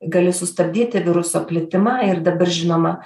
gali sustabdyti viruso plitimą ir dabar žinoma